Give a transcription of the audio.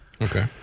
Okay